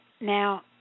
Now